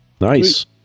Nice